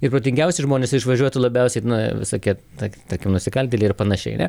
ir protingiausi žmonės išvažiuotų labiausiai na visokie tad tokie nusikaltėliai ar panašiai ane